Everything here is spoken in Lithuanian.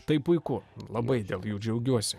tai puiku labai dėl jų džiaugiuosi